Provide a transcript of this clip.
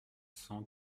cent